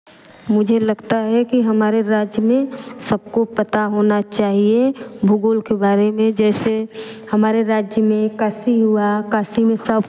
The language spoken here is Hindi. मुझे लगता है कि हमारे राज्य में सबको पता होना चाहिए भूगोल के बारे में जैसे हमारे राज्य में काशी हुआ काशी में सब